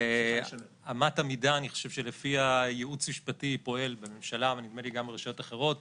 אמת המידה שלפיה ייעוץ משפטי במשלה ונדמה לי גם ברשויות אחרות,